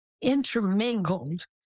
intermingled